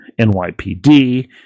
NYPD